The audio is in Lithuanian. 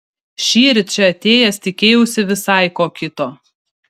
šįryt čia atėjęs tikėjausi visai ko kito